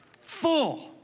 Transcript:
Full